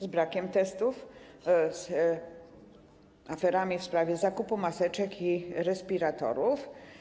Z brakiem testów, z aferami w sprawie zakupu maseczek i respiratorów.